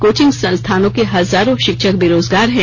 coaching संस्थानों के हजारों शिक्षक बेरोजगार हैं